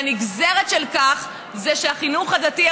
והנגזרת של זה היא שהחינוך הדתי,